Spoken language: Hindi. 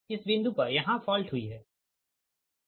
इस बिंदु पर यहाँ फॉल्ट हुई है